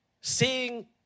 seeing